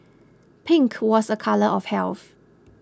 pink was a colour of health